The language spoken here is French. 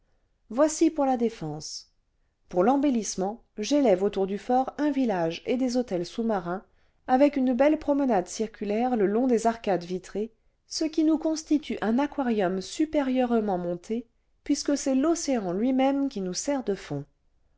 voici pour la défense pour l'embellissement j'élève autour du fort un village et des hôtels sous-marins avec une belle promenade circulaire le long des arcades vitrées ce qui nous constitue un aquarium supérieurement monté puisque c'est l'océan lui-même qui nous sert de fond